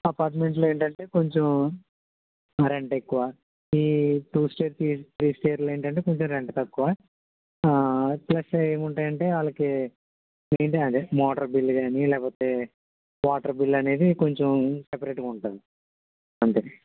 అపార్ట్మెంట్లో ఏంటంటే కొంచెం రెంట్ ఎక్కువ ఈ టూ స్టేర్కి త్రీ స్టేర్లు ఏంటంటే కొంచెం రెంట్ తక్కువ ప్లస్ ఏముంటాయి అంటే వాళ్ళకి మెయింటైన్ అదే మోటర్ బిల్లు కాని లేకపోతే వాటర్ బిల్లు అనేది కొంచెం సెపరేట్గా ఉంటుంది అంతే